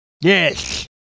Yes